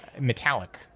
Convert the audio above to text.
metallic